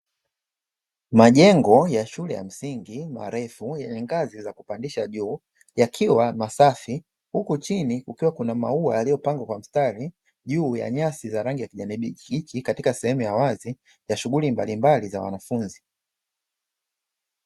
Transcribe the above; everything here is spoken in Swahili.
Majengo ya shule ya msingi marefu yenye ngazi za kupandisha juu; yakiwa masafi huku chini kuna maua yaliyopangwa kwa mstari, juu ya nyasi za rangi ya kijani kibichi katika sehemu ya wazi ya shughuli mbalimbali za wanafunzi.